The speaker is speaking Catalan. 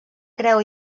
creu